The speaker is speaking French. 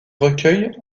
recueils